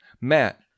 Matt